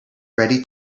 ready